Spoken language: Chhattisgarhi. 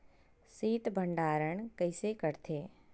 शीत भंडारण कइसे करथे?